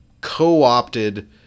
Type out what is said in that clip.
co-opted